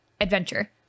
adventure